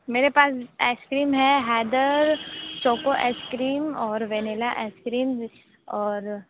मेरे पास आइसक्रीम है हैदर चोको आइसक्रीम और वेनीला आइसक्रीम और